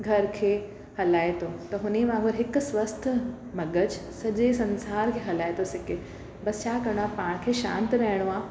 घर खे हलाए थो त हुन ई वांगुरु हिकु स्वस्थ मग़ज सॼे संसार खे हलाए थो सघे बसि छा करिणो आहे पाण खे शांति रहणो आहे